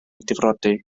difrodi